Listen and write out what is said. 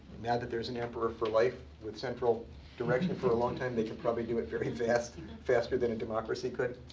now that there's an emperor for life, with central direction for a long time, they could probably do it very fast. faster than a democracy could.